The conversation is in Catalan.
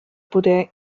poder